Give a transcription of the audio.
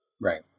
Right